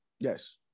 Yes